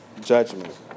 judgment